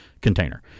container